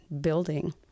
building